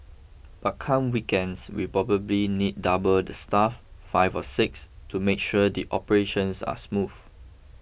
but come weekends we probably need double the staff five or six to make sure the operations are smooth